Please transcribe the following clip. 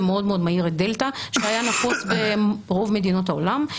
מאוד מהיר את דלתא שהיה נפוץ ברוב מדינות העולם,